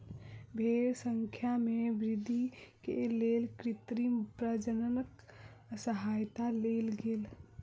भेड़क संख्या में वृद्धि के लेल कृत्रिम प्रजननक सहयता लेल गेल